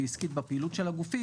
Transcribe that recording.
אקטואריה ויותר להיות בשטח,